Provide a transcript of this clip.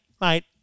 mate